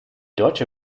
deutsche